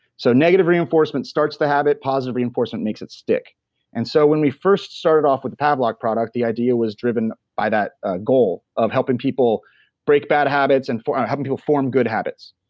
so negative reinforcement starts the habit. positive reinforcement makes it stick and so when we first started off with the pavlok product, the idea was driven by that ah goal of helping people break bad habits and form. helping people form good habits.